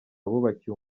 bubakiwe